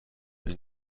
این